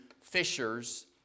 fishers